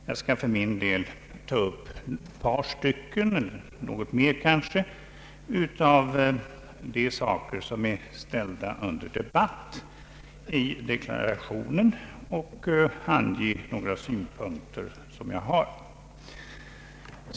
Jag skall för min del ta upp ett par av de saker som är ställda under debatt i deklarationen, och ange några synpunkter som jag har.